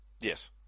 Yes